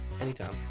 Anytime